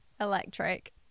Electric